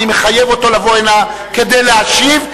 אני מחייב אותו לבוא הנה כדי להשיב,